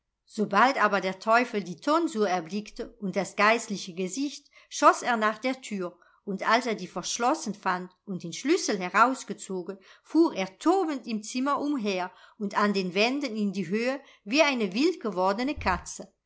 sobald aber der teufel die tonsur erblickte und das geistliche gesicht schoß er nach der tür und als er die verschlossen fand und den schlüssel herausgezogen fuhr er tobend im zimmer umher und an den wänden in die höhe wie eine wildgewordene